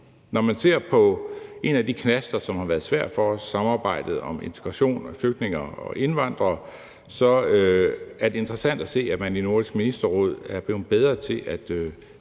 Når man ser på en af de knaster, som har været svær for samarbejdet om integrationen af flygtninge og indvandrere, så er det interessant at se, at man i Nordisk Ministerråd er blevet bedre til at